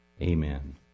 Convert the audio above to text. Amen